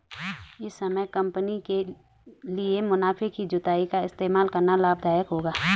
इस समय कंपनी के लिए मुनाफे की जुताई का इस्तेमाल करना लाभ दायक होगा